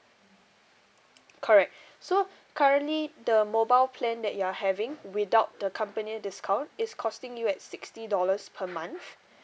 correct so currently the mobile plan that you are having without the company discount is costing you at sixty dollars per month